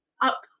up